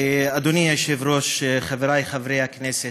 אדוני היושב-ראש, חברי חברי הכנסת,